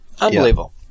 Unbelievable